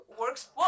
Works